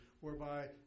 whereby